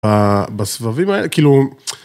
בסבבים האלה, כאילו.